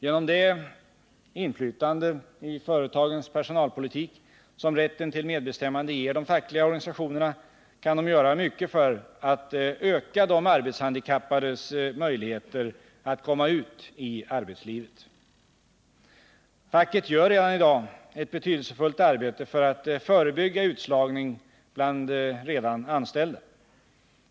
Genom det inflytande i företagens personalpolitik som rätten till medbestämmande ger de fackliga organisationerna kan dessa göra mycket för att öka de arbetshandikappades möjligheter att komma ut i arbetslivet. Facket gör redan i dag ett betydelsefullt arbete för att förebygga utslagning bland redan anställda.